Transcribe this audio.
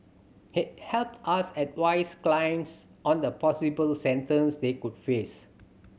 it helps us advise clients on the possible sentence they could face